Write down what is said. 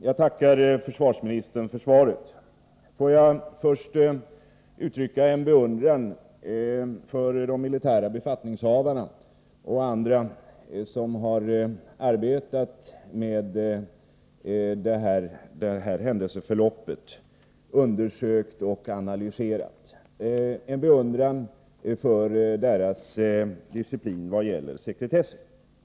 Herr talman! Jag tackar försvarsministern för svaret. Låt mig först uttrycka en beundran för de militära befattningshavarna och andra som har undersökt och analyserat händelseförloppet, en beundran för deras disciplin vad gäller sekretessen.